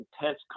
intense